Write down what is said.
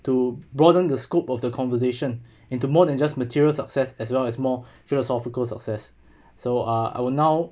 to broaden the scope of the conversation into more than just material success as well as more philosophical success so uh I will now